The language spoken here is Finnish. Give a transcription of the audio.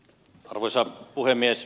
arvoisa puhemies